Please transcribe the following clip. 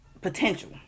potential